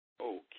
Okay